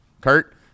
Kurt